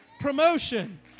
Promotion